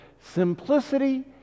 simplicity